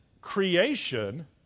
creation